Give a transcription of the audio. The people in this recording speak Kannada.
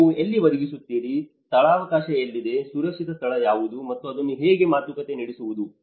ನೀವು ಎಲ್ಲಿ ಒದಗಿಸುತ್ತೀರಿ ಸ್ಥಳಾವಕಾಶ ಎಲ್ಲಿದೆ ಸುರಕ್ಷಿತ ಸ್ಥಳ ಯಾವುದು ಮತ್ತು ಅದನ್ನು ಹೇಗೆ ಮಾತುಕತೆ ನಡೆಸುವುದು